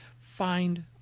find